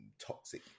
toxic